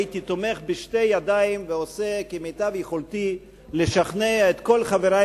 הייתי תומך בשתי ידיים ועושה כמיטב יכולתי לשכנע את כל חברי